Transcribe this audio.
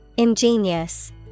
Ingenious